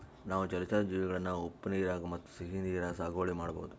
ನಾವ್ ಜಲಚರಾ ಜೀವಿಗಳನ್ನ ಉಪ್ಪ್ ನೀರಾಗ್ ಮತ್ತ್ ಸಿಹಿ ನೀರಾಗ್ ಸಾಗುವಳಿ ಮಾಡಬಹುದ್